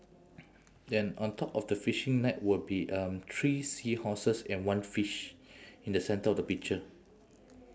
then on top of the fishing net will be um three seahorses and one fish in the center of the picture